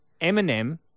Eminem